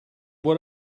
what